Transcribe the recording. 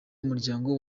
umuryango